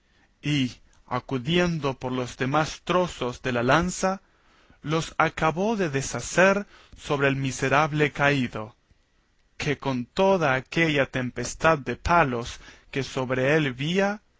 y acudiendo por los demás trozos de la lanza los acabó de deshacer sobre el miserable caído que con toda aquella tempestad de palos que sobre él vía